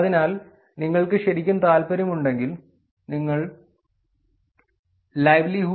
അതിനാൽ നിങ്ങൾക്ക് ശെരിക്കും താൽപ്പര്യമുണ്ടെങ്കിൽ നിങ്ങൾക്ക് livelihoods